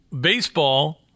baseball